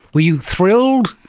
were you thrilled?